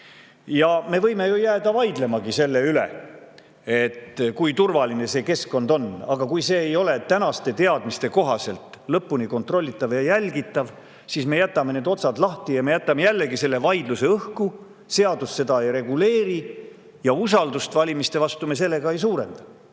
Me võime ju jääda vaidlemagi selle üle, kui turvaline see keskkond on, aga kui see ei ole tänaste teadmiste kohaselt lõpuni kontrollitav ja jälgitav, siis me jätame need otsad lahti ja me jätame jällegi selle vaidluse õhku. Seadus seda ei reguleeri ja usaldust valimiste vastu me sellega ei suurenda.